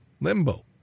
Limbo